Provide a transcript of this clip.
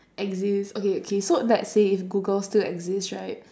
exist okay okay so let's say if google still exist right